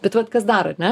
bet vat kas dar ar ne